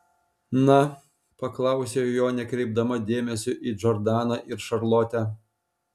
na paklausiau jo nekreipdama dėmesio į džordaną ir šarlotę